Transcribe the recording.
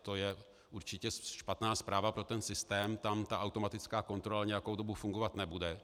To je určitě špatná zpráva pro ten systém, tam ta automatická kontrola nějakou dobu nebude.